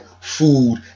food